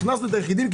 הכנסנו את היחידים .